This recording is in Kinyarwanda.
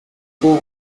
uko